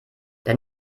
der